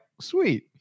sweet